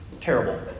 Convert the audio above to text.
Terrible